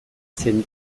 zen